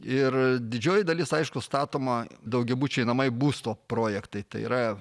ir didžioji dalis aišku statoma daugiabučiai namai būsto projektai tai yra